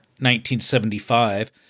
1975